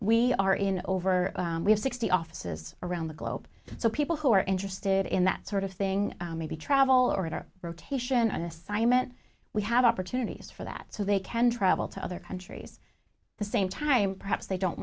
we are in over we have sixty offices around the globe so people who are interested in that sort of thing maybe travel or in our rotation on assignment we have opportunities for that so they can travel to other countries the same time perhaps they don't